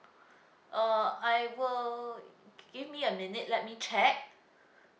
uh I will give me a minute let me check